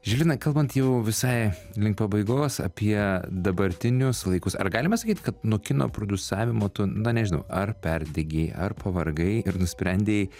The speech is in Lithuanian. žilvinai kalbant jau visai link pabaigos apie dabartinius laikus ar galime sakyt kad nuo kino prodiusavimo tu na nežinau ar perdegei ar pavargai ir nusprendei